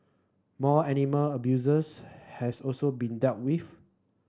more animal abusers has also been dealt with